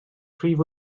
prif